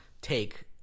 take